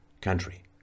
country